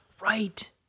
Right